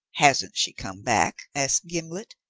hasn't she come back? asked gimblet,